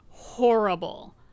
horrible